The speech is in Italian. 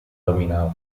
dominava